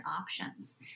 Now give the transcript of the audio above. options